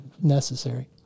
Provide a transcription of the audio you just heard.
necessary